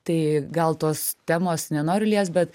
tai gal tos temos nenoriu liest bet